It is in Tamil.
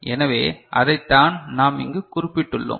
எனவே அதைத்தான் நாம் இங்கு குறிப்பிட்டுள்ளோம்